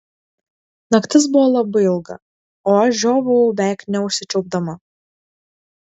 naktis buvo labai ilga o aš žiovavau beveik neužsičiaupdama